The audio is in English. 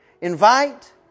invite